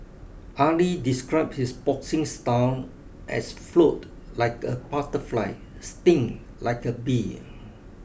Ali described his boxing style as float like a butterfly sting like a bee